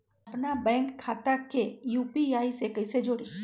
अपना बैंक खाता के यू.पी.आई से कईसे जोड़ी?